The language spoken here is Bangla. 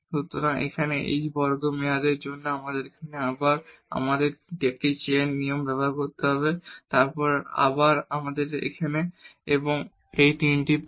সুতরাং এখানে h বর্গ মেয়াদের জন্য আমাদের এখানে আবার আমাদের এই চেইন নিয়ম ব্যবহার করতে হবে তারপর আবার এই তিনটি পদ